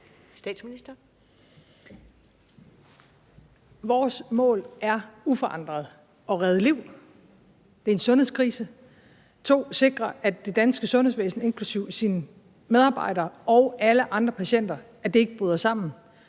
Vores mål er uforandret at redde liv. Det er en sundhedskrise. Som nummer to er det at sikre, at det danske sundhedsvæsen, inklusive dets medarbejdere og alle andre patienter, ikke bryder sammen.